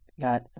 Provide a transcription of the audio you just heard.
got